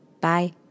Bye